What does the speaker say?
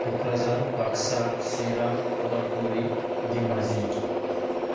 Kokrajhar Baksa Chirang Udalguri Dhemaji